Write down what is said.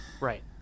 Right